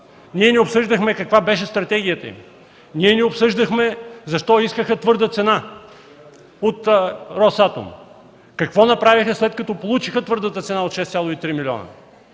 Ние не обсъждахме каква беше стратегията им. Ние не обсъждахме защо искаха твърда цена от „Росатом”. Какво направиха, след като получиха твърдата цена от 6,3 милиарда?